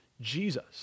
Jesus